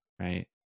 Right